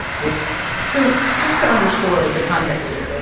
chris so just to underscore the context here, but